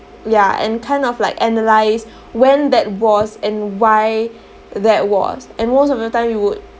ya and kind of like analyse when that was and why that was and most of your time you would